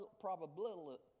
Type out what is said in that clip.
probability